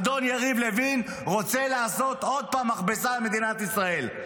אדון יריב לוין רוצה לעשות עוד פעם מכבסה על מדינת ישראל.